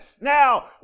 Now